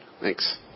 Thanks